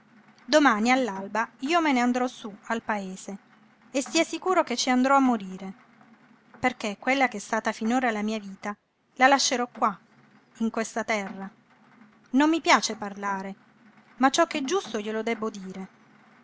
fermandosi domani all'alba io me n'andrò sú al paese e stia sicuro che ci andrò a morire perché quella ch'è stata finora la mia vita la lascerò qua in questa terra non mi piace parlare ma ciò ch'è giusto glielo debbo dire